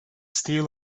steel